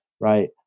right